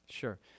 Sure